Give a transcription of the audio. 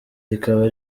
rikaba